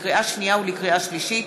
לקריאה שנייה ולקריאה שלישית,